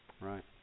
Right